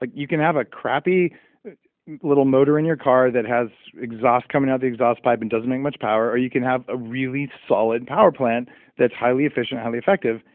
like you can have a crappy little motor in your car that has exhaust coming out of the exhaust pipe and doesn't make much power. or, you can have a really solid power plant that's highly efficient highly effective.